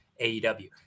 AEW